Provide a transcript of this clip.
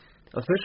officially